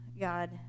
God